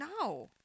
no